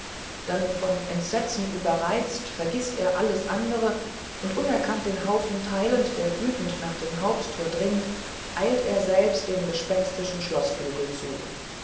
dann von entsetzen überreizt vergißt er alles andere und unerkannt den haufen teilend der wütend nach dem haupttor dringt eilt er selbst dem gespenstischen schloßflügel zu